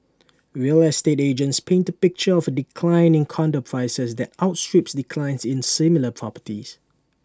real estate agents paint A picture of A decline in condo prices that outstrips declines in similar properties